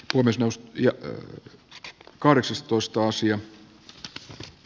omistus ja tytöt kahdeksastoista sijan tosin